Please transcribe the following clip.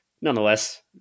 nonetheless